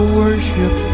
worship